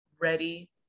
ready